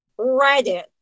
Reddit